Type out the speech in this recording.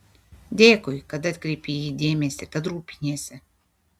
dėkui kad atkreipei į jį dėmesį kad rūpiniesi